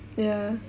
ya